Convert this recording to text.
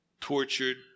tortured